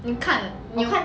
你看有